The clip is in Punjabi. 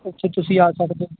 ਉੱਥੇ ਤੁਸੀਂ ਆ ਸਕਦੇ